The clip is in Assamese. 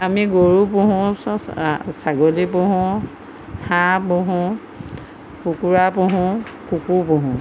আমি গৰু পোহোঁ ছাগলী পোহোঁ হাঁহ পোহোঁ কুকুৰা পোহোঁ কুকুৰ পোহোঁ